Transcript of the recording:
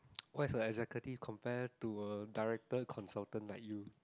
what's a executive compare to a director consultant that you